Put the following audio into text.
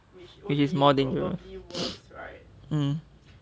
which is more dangerous um